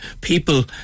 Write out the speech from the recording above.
people